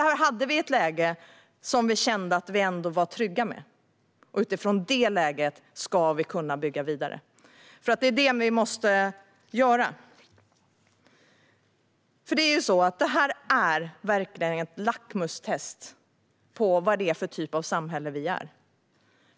Då hade vi ett läge som vi ändå kände att vi var trygga med. Utifrån detta läge ska vi kunna bygga vidare, för det är det vi måste göra. Det här är verkligen ett lackmustest på vad det är för typ av samhälle vi är.